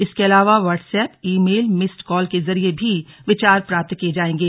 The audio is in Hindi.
इसके अलावा व्हाट्सएप ई मेल मिस्डकॉल के जरिये भी विचार प्राप्त किये जायेंगे